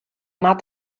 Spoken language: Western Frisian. moat